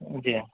جی